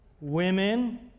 Women